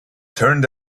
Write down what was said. turned